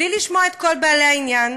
בלי לשמוע את בעלי העניין.